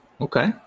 okay